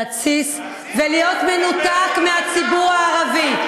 להתסיס ולהיות מנותק מהציבור הערבי.